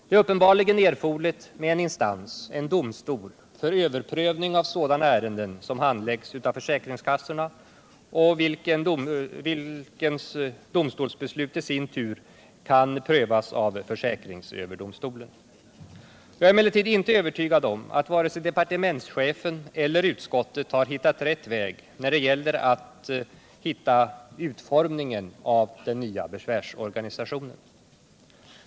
Det är uppenbarligen erforderligt med en instans, en domstol, för överprövning av sådana ärenden som handläggs av försäkringskassorna. Denna domstols beslut kan i sin tur prövas av försäkringsöverdomstolen. Jag är emellertid inte övertygad om att vare sig departementschefen eller utskottet har hittat rätt väg när det gäller utformningen av den nya besvärsorganisationen.